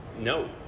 no